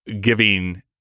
giving